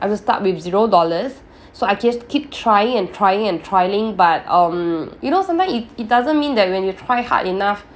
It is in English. I will start with zero dollars so I just keep trying and trying and trying but um you know sometimes it it doesn't mean that when you try hard enough